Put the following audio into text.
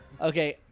Okay